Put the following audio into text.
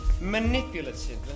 Manipulative